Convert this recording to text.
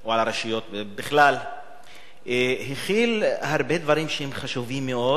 או הרשויות בכלל הכיל הרבה דברים שהם חשובים מאוד,